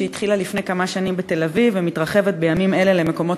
שהתחילה לפני כמה שנים בתל-אביב ומתרחבת בימים אלה למקומות